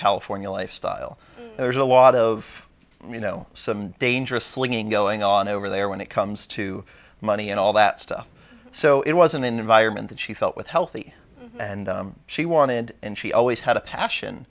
california lifestyle there's a lot of you know some dangerous slinging going on over there when it comes to money and all that stuff so it was an environment that she felt with healthy and she wanted and she always had a passion